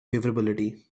favorability